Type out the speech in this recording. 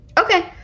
Okay